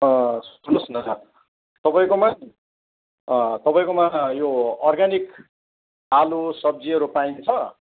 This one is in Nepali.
सुन्नुहोस् न तपाईँकोमा नि तपाईँकोमा यो अर्ग्यानिक आलु सब्जीहरू पाइन्छ